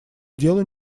делу